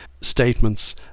statements